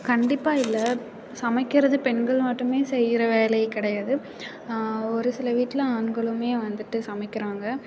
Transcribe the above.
கண்டிப்பாக இல்லை சமைக்கிறது பெண்கள் மட்டுமே செய்கிற வேலை கிடையாது ஒரு சில வீட்டில் ஆண்களும் வந்துட்டு சமைக்கிறாங்க